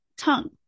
tongue